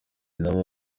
nabo